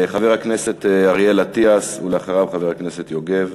חבר הכנסת אריאל אטיאס, ואחריו, חבר הכנסת יוגב.